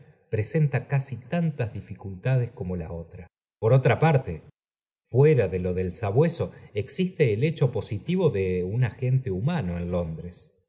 presenta casi tantas dificultades como la otra por otra parte fuera de lo del sabueso existe el hecho positivo de un agente humano en londres